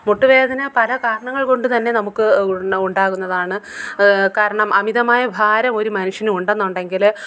മുട്ടുവേദന പല കാരണങ്ങള് കൊണ്ടു തന്നെ നമുക്ക് ഉണ്ടാകുന്നതാണ് കാരണം അമിതമായ ഭാരം ഒരു മനുഷ്യന് ഉണ്ടന്നുണ്ടെങ്കിൽ